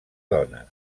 dona